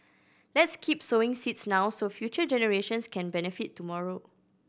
let's keep sowing seeds now so future generations can benefit tomorrow